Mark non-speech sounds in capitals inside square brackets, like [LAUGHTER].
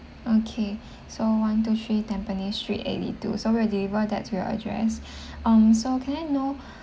okay so one two three tampines street eighty two so we delivery that to your address [BREATH] um so can I know